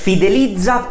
Fidelizza